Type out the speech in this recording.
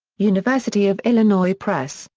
university of illinois press,